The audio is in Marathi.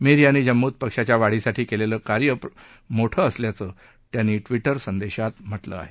मीर यांनी जम्मूत पक्षाच्या वाढीसाठी केलेलं कार्य प्रचंड मोठं असल्याचं त्यांनी ट्विटर संदेशात म्हटलं आहे